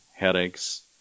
headaches